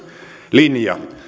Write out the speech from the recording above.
linja